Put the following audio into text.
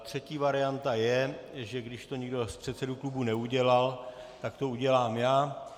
Třetí varianta je, že když to nikdo z předsedů klubů neudělal, tak to udělám já.